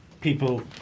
people